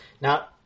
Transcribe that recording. Now